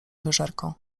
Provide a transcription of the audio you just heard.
wyżerką